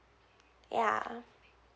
ya